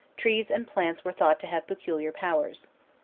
trees and plants were thought to have peculiar powers.